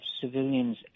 civilians